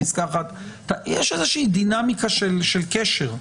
יש איזושהי דינמיקה של קשר.